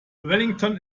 wellington